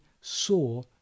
saw